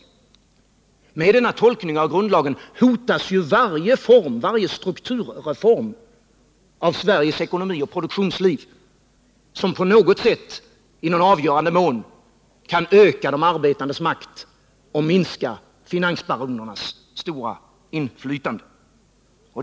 Med denna tolkning av grundlagen hotas ju varje strukturreform i Sveriges ekonomi och produktionsliv, som i någon avgörande mån kan öka de arbetandes makt och minska finansbaronernas stora inflytande.